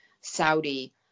Saudi